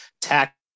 tax